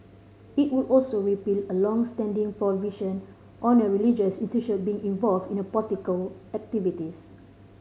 it would also repeal a long standing prohibition on a religious institution being involved in a political activities